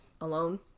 alone